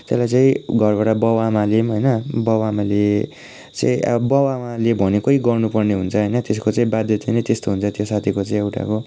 त्यसलाई चाहिँ घरबाट बाउ आमाले पनि होइन बाउ आमाले चाहिँ अब बाउ आमाले भनेकै गर्नुपर्ने हुन्छ होइन त्यसको चाहिँ बाध्यता नै त्यस्तो हुन्छ त्यो साथीको चाहिँ एउटाको